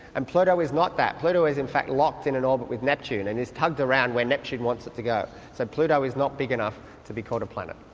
and pluto is not that. pluto is in fact locked in an orbit with neptune and is tugged around where neptune wants it to go. so pluto is not big enough to be called a planet,